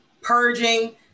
purging